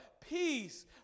peace